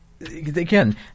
again